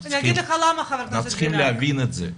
אנחנו צריכים להבין את זה,